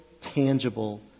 tangible